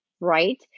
right